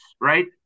right